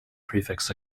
prefix